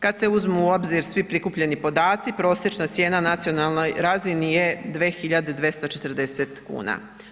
Kad se uzmu u obzir svi prikupljeni podaci prosječna cijena na nacionalnoj razini je 2.240 kuna.